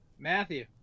Matthew